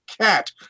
cat